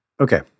Okay